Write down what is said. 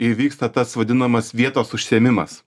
įvyksta tas vadinamas vietos užsiėmimas